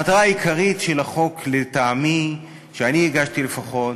המטרה העיקרית של החוק, לטעמי, שאני הצגתי לפחות,